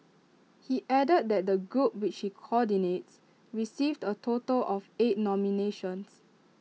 he added that the group which he coordinates received A total of eight nominations